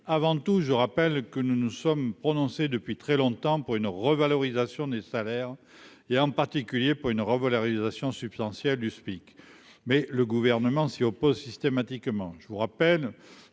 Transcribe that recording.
avant tout, je rappelle que nous nous sommes prononcés depuis très longtemps pour une revalorisation des salaires et en particulier pour une robe à la réalisation substantielle du SMIC, mais le gouvernement s'y oppose systématiquement, je vous rappelle